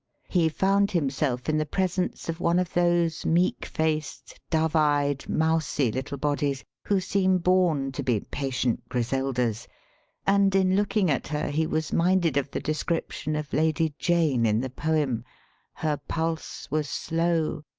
he found himself in the presence of one of those meek-faced, dove-eyed, mousy little bodies who seem born to be patient griseldas and in looking at her he was minded of the description of lady jane in the poem her pulse was slow,